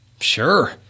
Sure